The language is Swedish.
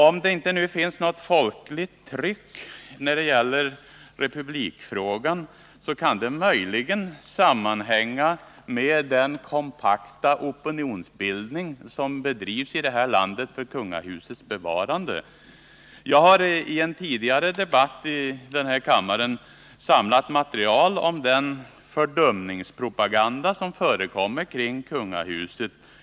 Om det nu inte finns något ”folkligt tryck” när det gäller republikfrågan, kan det möjligen sammanhänga med den kompakta opinionsbildning som i detta land bedrivs för kungahusets bevarande. Jag har inför en tidigare debatt i denna kammare samlat material om den fördumningspropaganda som förekommer kring kungahuset.